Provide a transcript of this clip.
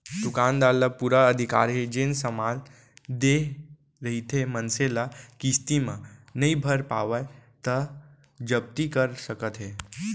दुकानदार ल पुरा अधिकार हे जेन समान देय रहिथे मनसे ल किस्ती म नइ भर पावय त जब्ती कर सकत हे